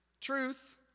Truth